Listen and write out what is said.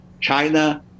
China